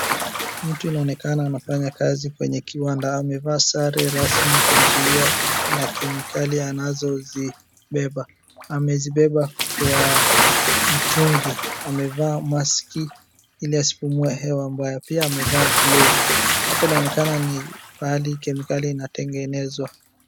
Mtu inaonekana anafanya kazi kwenye kiwanda. Amevaa sare rasmi kumzuia na kemikali anazozibeba. amezibeba kwa mtungi. Amevaa maski ili asipumue hewa mbaya. Pia amevaa glovu. Hapa inaonekana ni pahali kemikali inatengenezwa.